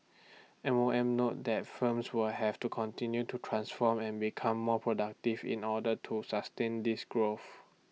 M O M note that firms will have to continue to transform and become more productive in order to sustain this growth